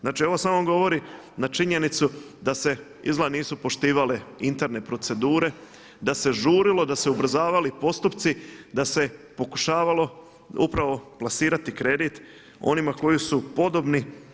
Znači ovo samo govori na činjenicu da se izgleda nisu poštivale interne procedure, da se žurilo, da su se ubrzavali postupci, da se pokušavalo upravo plasirati kredit onima koji su podobni.